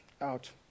out